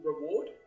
reward